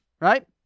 right